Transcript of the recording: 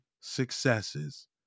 successes